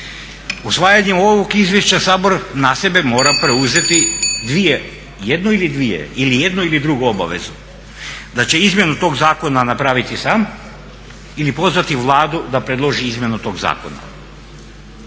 Usvajanjem ovog izvješća Sabor na sebe mora preuzeti dvije, jednu ili dvije ili jednu ili drugu obavezu da će izmjenu tog zakona napraviti sam ili pozvati Vladu da predloži izmjenu tog zakona.